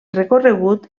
recorregut